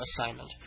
assignment